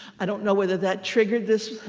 i don't know whether that triggered this,